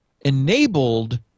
enabled